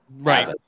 right